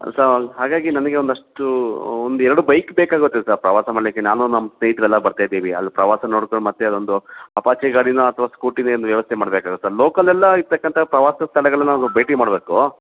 so ಹಾಗಾಗಿ ನನಗೆ ಒಂದಷ್ಟು ಒಂದೆರಡು ಬೈಕ್ ಬೇಕಾಗುತ್ತೆ ಸರ್ ಪ್ರವಾಸ ಮಾಡ್ಲಿಕ್ಕೆ ನಾನು ನಮ್ಮ ಸ್ನೇಹಿತರೆಲ್ಲ ಬರ್ತಾಯಿದ್ದೀವಿ ಅಲ್ಲಿ ಪ್ರವಾಸ ನೋಡ್ಕೋ ಮತ್ತೆ ಅದೊಂದು ಅಪಾಚಿ ಗಾಡಿನೋ ಅಥವಾ ಸ್ಕೂಟಿನೋ ಏನೋ ವ್ಯವಸ್ಥೆ ಮಾಡಬೇಕಾಗತ್ತೆ ಲೋಕಲೆಲ್ಲ ಇರತಕ್ಕಂಥ ಪ್ರವಾಸ ಸ್ಥಳಗಳನ್ನ ನಾವು ಭೇಟಿ ಮಾಡಬೇಕು